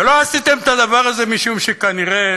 ולא עשיתם את הדבר הזה משום שכנראה,